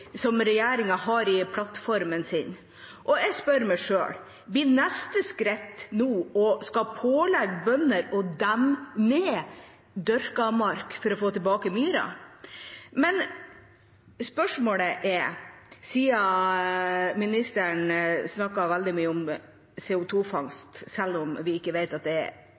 plattformen sin. Jeg spør meg: Blir neste skritt nå å pålegge bønder å demme ned dyrket mark for å få tilbake myrer? Men spørsmålet – siden statsråden snakket veldig mye om CO 2 -fangst, selv om vi ikke vet at det vil bli det – er: